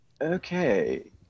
Okay